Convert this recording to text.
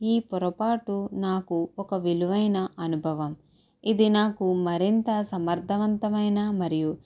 ఈ పొరపాటు నాకు ఒక విలువైన అనుభవం ఇది నాకు మరింత సమర్థవంతమైన మరియు